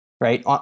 right